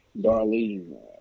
Darlene